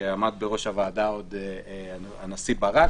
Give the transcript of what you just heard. שנכתבה עוד בתקופת הנשיא ברק,